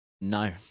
No